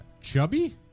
Chubby